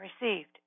received